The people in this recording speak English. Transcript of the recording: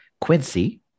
Quincy